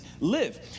live